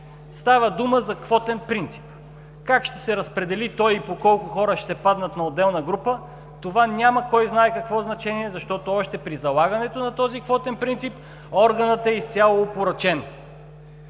Става дума за квотен принцип. Как ще се разпредели той и по колко хора ще се паднат на отделна група, това няма кой знае какво значение, защото още при залагането на този квотен принцип, органът е изцяло опорочен.